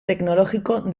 tecnológico